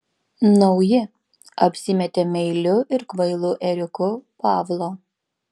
nauji apsimetė meiliu ir kvailu ėriuku pavlo